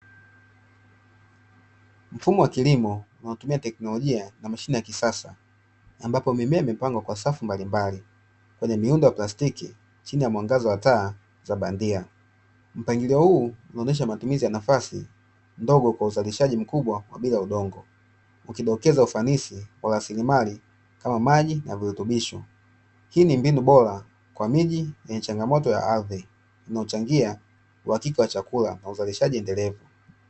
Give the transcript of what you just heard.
Mfuma wa kilimo unaotumia teknolojia na mashine ya kisasa ambapo mimea imepangwa kwa safu mbalimbali kwenye miundo ya plastiki chini ya mwangaza wa taa za bandia. Mpangilio huu unaonyesha matumizi ya nafasi ndogo kwa uzalishaji mkubwa wa bila udongo ukidokeza ufanisi wa rasilimali kama maji na virutubisho. Hii ni mbinu bora kwa miji yenye changamoto ya ardhi inayochangia uhakika wa chakula na uzalishaji endelevu.